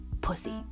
pussy